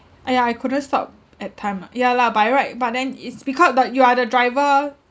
!aiya! I couldn't stop at time lah ya lah by right but then is because that you are the driver